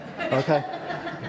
Okay